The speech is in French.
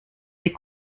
des